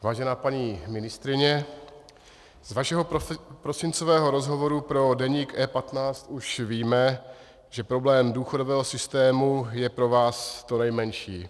Vážená paní ministryně, z vašeho prosincového rozhovoru pro deník E15 už víme, že problém důchodového systému je pro vás to nejmenší.